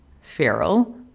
feral